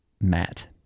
Matt